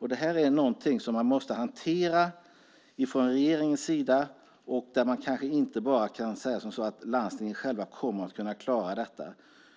Detta måste man hantera från regeringens sida. Här kan man kanske inte säga att landstingen själva kommer att kunna klara detta.